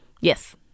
Yes